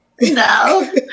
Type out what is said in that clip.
no